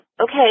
okay